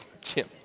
Jim